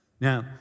Now